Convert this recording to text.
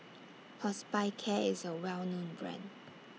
Hospicare IS A Well known Brand